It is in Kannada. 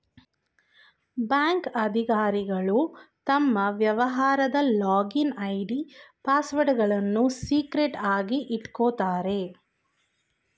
ಬ್ಯಾಂಕ್ ಅಧಿಕಾರಿಗಳು ತಮ್ಮ ವ್ಯವಹಾರದ ಲಾಗಿನ್ ಐ.ಡಿ, ಪಾಸ್ವರ್ಡ್ಗಳನ್ನು ಸೀಕ್ರೆಟ್ ಆಗಿ ಇಟ್ಕೋತಾರೆ